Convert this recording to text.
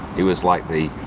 he was like the